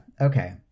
okay